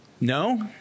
No